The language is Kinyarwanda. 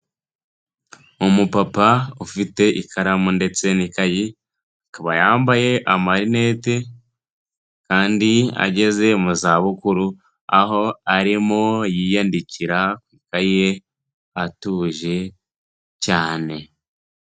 Umupapa ufite ikaramu ndetse n'ikayi, akaba yambaye amarinete kandi ageze mu zabukuru, aho arimo yiyandikira ku ikayi ye atuje cyane.